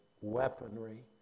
weaponry